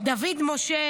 סעיד דוד משה,